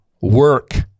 work